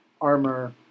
armor